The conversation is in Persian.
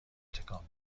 تکان